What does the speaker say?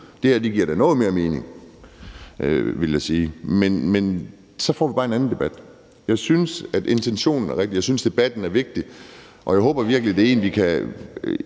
Det her giver da noget mere mening, vil jeg sige. Men så får vi bare en anden debat. Jeg synes, at intentionen er rigtig, og jeg synes, at debatten er vigtig, og jeg håber virkelig, at vi,